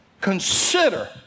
Consider